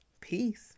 Peace